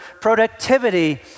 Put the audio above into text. productivity